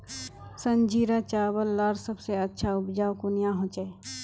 संजीरा चावल लार सबसे अच्छा उपजाऊ कुनियाँ होचए?